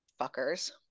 Fuckers